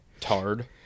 Tard